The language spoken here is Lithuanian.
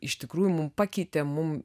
iš tikrųjų mum pakeitė mum